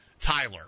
Tyler